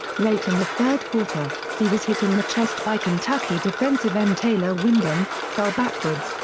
late in the third quarter, he was hit in the chest by kentucky defensive end taylor wyndham, fell backwards,